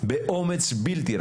באומץ בלתי רגיל,